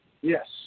Yes